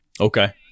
Okay